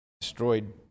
destroyed